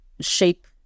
shape